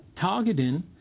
targeting